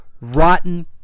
rotten